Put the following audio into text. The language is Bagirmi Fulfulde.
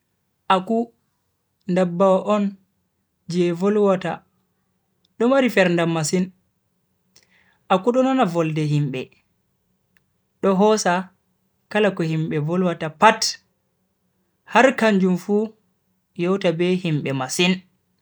Aku ndabbawa on je volwata do mari ferndam masin. aku do nana volde himbe, do hosa kala ko himbe volwata pat har kanjum fu yewta be himbe masin.